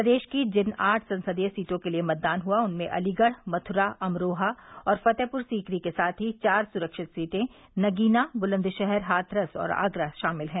प्रदेश की जिन आठ संसदीय सीटों के लिये मतदान हुआ उनमें अलीगढ़ मथुरा अमरोहा और फतेहपुर सीकरी के साथ ही चार सुरक्षित सीटें नगीना बुलन्दशहर हाथरस और आगरा शामिल हैं